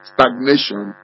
Stagnation